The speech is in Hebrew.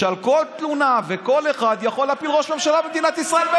שעל כל תלונה כל אחד יכול להפיל ראש ממשלה במדינת ישראל.